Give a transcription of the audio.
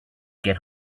get